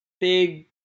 big